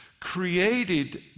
created